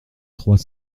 trois